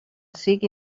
sigui